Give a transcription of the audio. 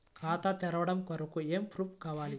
ఖాతా తెరవడం కొరకు ఏమి ప్రూఫ్లు కావాలి?